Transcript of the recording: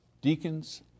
deacons